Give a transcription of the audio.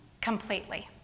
completely